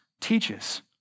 teaches